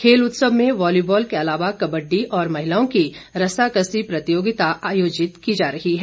खेल उत्सव में वालीबॉल के अलावा कबड्डी और महिलाओं की रस्सा कस्सी प्रतियोगिता करवाई जा रही है